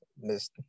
miss